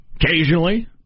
Occasionally